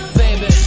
baby